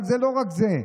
אבל זה לא רק זה,